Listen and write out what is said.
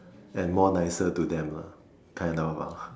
and more nicer to them lah kind of ah